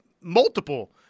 multiple